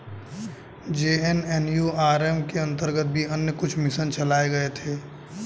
JNNURM के अंतर्गत भी अन्य कुछ मिशन चलाए गए थे